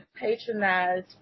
patronize